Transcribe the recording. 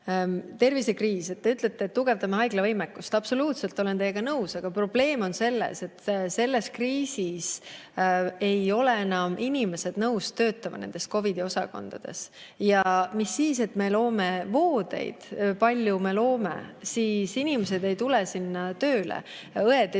Tervisekriis – te ütlete, et tugevdame haiglavõimekust. Absoluutselt olen teiega nõus, aga probleem on selles, et selles kriisis ei ole enam inimesed nõus töötama nendes COVID-i osakondades. Ja mis siis, et me loome voodeid juurde. Palju me loome? Inimesed ei tule sinna tööle, õed ei tule.